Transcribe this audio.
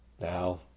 Now